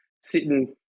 sitting